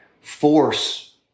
force